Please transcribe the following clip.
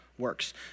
Works